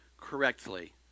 correctly